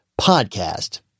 podcast